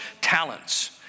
talents